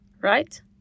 right